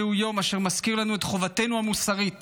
זהו יום אשר מזכיר לנו את חובתנו המוסרית